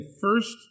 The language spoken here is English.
first